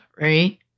right